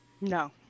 No